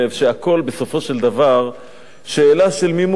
שהכול בסופו של דבר שאלה של מימון.